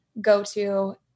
go-to